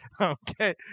Okay